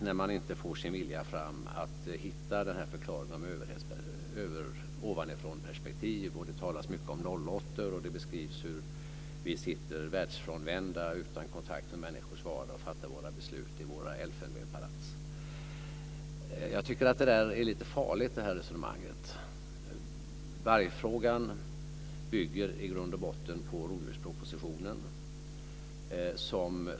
När man inte får sin vilja fram är det väldigt lätt att hitta förklaringen om ovanifrånperspektiv. Det talas mycket om nollåttor. Det beskrivs hur vi sitter världsfrånvända utan kontakt människors vardag och fattar våra beslut i våra elfenbenspalats. Jag tycker att det resonemanget är lite farligt. Vargfrågan bygger i grund och botten på rovdjurspropositionen.